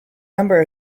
number